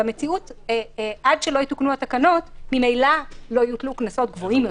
במציאות ממילא עד שלא יתוקנו התקנות ממילא לא יוטלו קנסות גבוהים יותר.